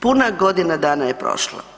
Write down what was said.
Puna godina dana je prošla.